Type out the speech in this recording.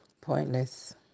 pointless